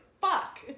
fuck